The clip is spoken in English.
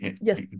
Yes